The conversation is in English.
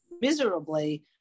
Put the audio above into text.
miserably